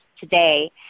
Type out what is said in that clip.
today